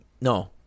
No